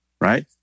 right